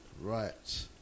Right